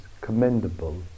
commendable